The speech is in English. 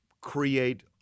create